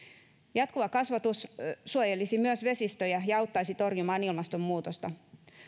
jatkuva kasvatus suojelisi myös vesistöjä ja auttaisi torjumaan ilmastonmuutosta